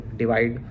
divide